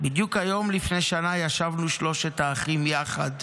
"בדיוק היום לפני שנה ישבנו שלושת האחים יחד,